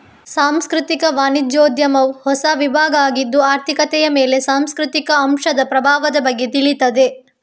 ಸಾಂಸ್ಕೃತಿಕ ವಾಣಿಜ್ಯೋದ್ಯಮವು ಹೊಸ ವಿಭಾಗ ಆಗಿದ್ದು ಆರ್ಥಿಕತೆಯ ಮೇಲೆ ಸಾಂಸ್ಕೃತಿಕ ಅಂಶದ ಪ್ರಭಾವದ ಬಗ್ಗೆ ತಿಳೀತದೆ